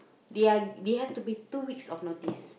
they are they have to be two weeks of notice